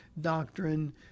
doctrine